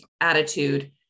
attitude